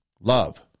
Love